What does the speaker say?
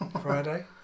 Friday